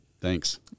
Thanks